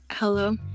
Hello